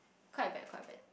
quite bad quite bad